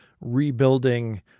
rebuilding